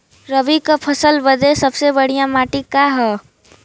रबी क फसल बदे सबसे बढ़िया माटी का ह?